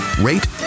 rate